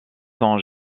sont